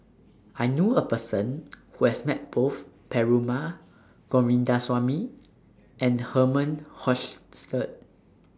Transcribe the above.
I knew A Person Who has Met Both Perumal Govindaswamy and Herman Hochstadt